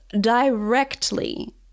directly